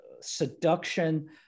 seduction